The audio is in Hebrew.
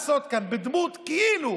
הכנסת, זה לא הגיוני.